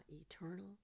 eternal